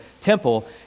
temple